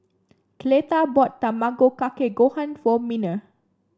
Cleta bought Tamago Kake Gohan for Miner